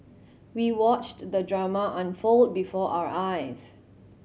we watched the drama unfold before our eyes